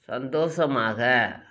சந்தோஷமாக